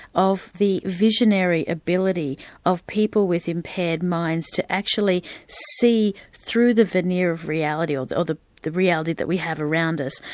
of the visionary ability of people with impaired minds to actually see through the veneer of reality, or the or the reality that we have around us,